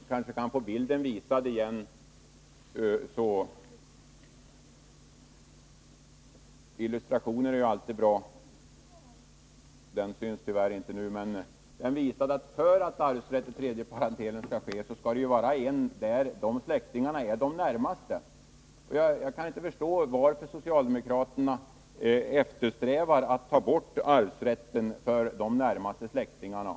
För arvsrätten i tredje parentelen krävs att det rör sig om de närmaste släktingarna. Jag förstår inte varför socialdemokraterna eftersträvar att ta bort arvsrätten för de närmaste släktingarna.